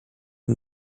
him